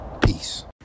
Peace